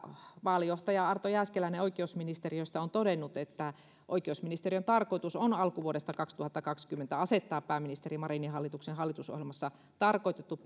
vaalijohtaja arto jääskeläinen oikeusministeriöstä on todennut että oikeusministeriön tarkoitus on alkuvuodesta kaksituhattakaksikymmentä asettaa pääministeri marinin hallituksen hallitusohjelmassa tarkoitettu